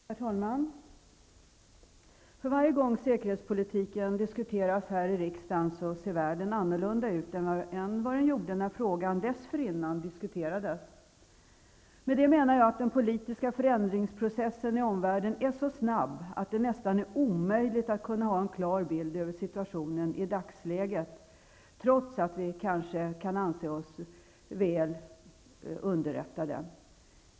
Herr talman! För varje gång säkerhetspolitiken diskuteras här i riksdagen ser världen annorlunda ut än vad den gjorde när frågan dessförinnan diskuterades. Med det menar jag att den politiska förändringsprocessen i omvärlden är så snabb att det nästan är omöjligt att kunna ha en klar bild över situationen i dagsläget, trots att vi kanske kan anse oss väl underrättade.